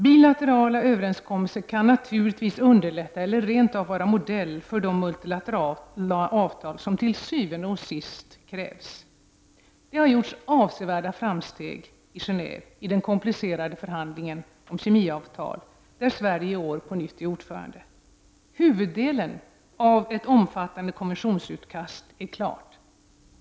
Bilaterala överenskommelser kan naturligtvis underlätta eller rent av vara modell för de multilaterala avtal som til syvende og sidst krävs. Avsevärda framsteg har gjorts i Geneve i den komplicerade förhandlingen om ett kemivapenavtal, där Sverige i år på nytt är ordförande. Huvuddelen av ett omfattande konventionsutkast är klar.